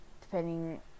depending